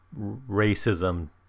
racism